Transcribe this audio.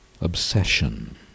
obsession